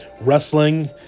wrestling